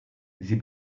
sie